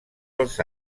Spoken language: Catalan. els